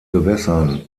gewässern